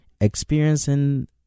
experiencing